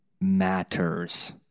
matters